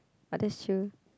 but that's true